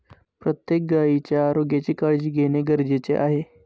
प्रत्येक गायीच्या आरोग्याची काळजी घेणे गरजेचे आहे